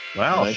wow